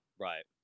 Right